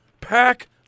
Pack